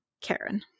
Karen